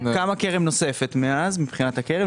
קמה קרן נוספת מאז, מבחינת הקרן.